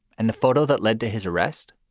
and the photo that led to his arrest.